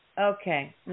Okay